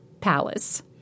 palace